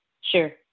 Sure